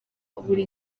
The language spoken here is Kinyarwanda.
buri